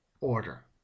order